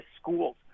schools